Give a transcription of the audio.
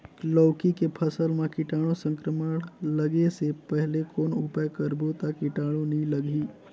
लौकी के फसल मां कीटाणु संक्रमण लगे से पहले कौन उपाय करबो ता कीटाणु नी लगही?